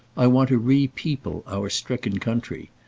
i want to re-people our stricken country.